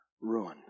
ruin